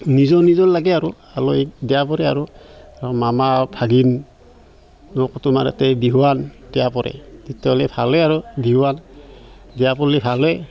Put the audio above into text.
নিজৰ নিজৰ লাগে আৰু আলহিক দিয়া পৰে আৰু মামা ভাগিন লোক তোমাৰ ইয়াতে বিহুৱান দিয়া পৰে তেতিয়াহ'লে ভালে আৰু বিহুৱান দিয়া বুলি ভালে